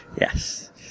Yes